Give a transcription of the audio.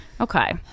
Okay